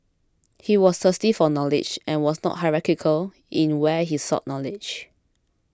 he was thirsty for knowledge and was not hierarchical in where he sought knowledge